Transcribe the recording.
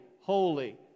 holy